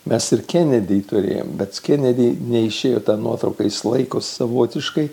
mes ir kenedį turėjom bet kennedį neišėjo ta nuotrauka jis laiko savotiškai